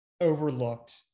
overlooked